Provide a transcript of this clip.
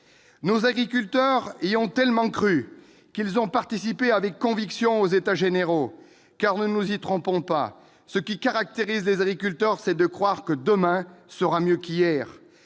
Nos agriculteurs y ont tellement cru qu'ils ont participé avec conviction aux États généraux de l'alimentation. Car, ne nous y trompons pas, ce qui caractérise les agriculteurs, c'est qu'ils croient que demain sera mieux qu'hier.